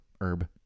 Herb